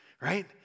right